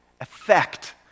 effect